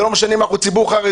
זה לא משנה אם אנחנו ציבור חרדי,